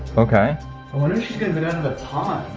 okay. i wonder if she's going to get down to the pond.